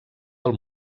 del